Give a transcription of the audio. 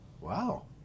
wow